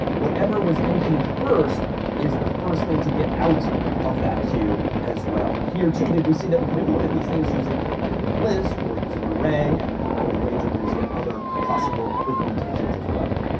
whatever was and nqueued first is the first thing to get out of that queue as well. and here too did we see that we could implement these things using a linked list or using array, and i would wager there is yet other possible implementations as well.